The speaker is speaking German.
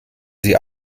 sie